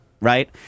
Right